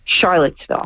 Charlottesville